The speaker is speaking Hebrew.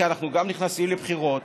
כי אנחנו גם נכנסים לבחירות.